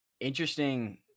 interesting